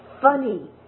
funny